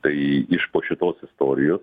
tai iš po šitos istorijos